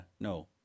No